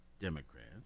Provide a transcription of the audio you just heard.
Democrats